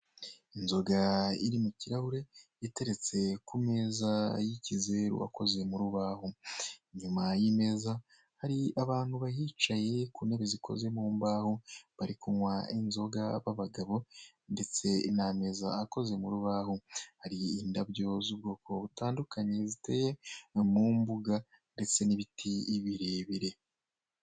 Inzoga iri mu kirahure iteretse ku meza y'ikizeru ikoze mu rubaho, inyuma y'imeza hari abantu bahicaye ku ntebe zikoze mu mbaho bari kunywa inzoga b'abagabo ndetse n'ameza akoze mu rubaho, hari indabyo z'ubwoko butandukanye ziteye mu mbuga ndetse n'ibiti birebire.